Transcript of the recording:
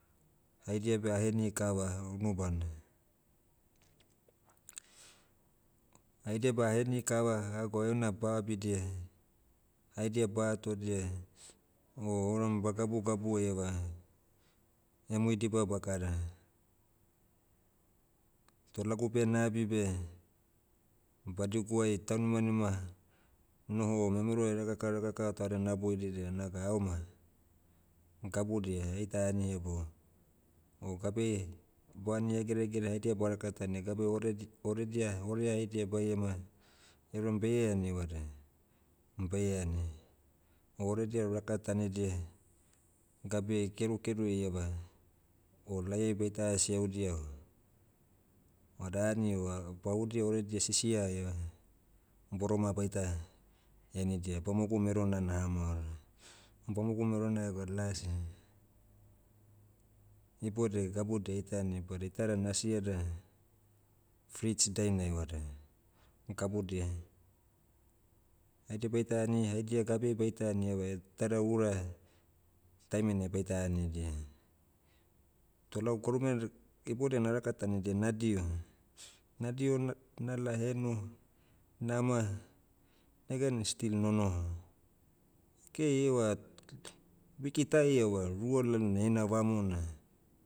Haidia beh aheni kava unubana. Haidia beh aheni kava, agwa heuna ba abidia, haidia ba atodia, o em bagabugabu eva, emui diba bakara. Toh lagu beh nabi beh, badiguai taunimanima, nonoho memero rakaka rakaka taudia naboiridia naga aoma, gabudia aita ani hebou. O gabeai, boani hegeregere haidia barakatania gabeai oredi- oredia orea haidia baiema, euram beie ani vada, beie ani. O oredia rakatanidia, gabeai kerukeru iava, o lahiai baita ha siahudia o, vada ani eva bahudia oredia sisia eva, boroma baita, henidia bamogu merona naha maoroa. Bamogu merona ega lasi, ibodiai gabudia aitani badi ita dan asi eda, fridge dainai vada, gabudia. Haidia baita ani haidia gabeai baita ani eva, iteda ura, taiminai baita anidia. Toh lau gwarume, ibodiai narakatanidia nadiho, nadiho na- nala henu, nama, neganai still nonoho. Lakiai ieva, wiki ta ieva rua lalonai heina vamu na